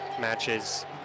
matches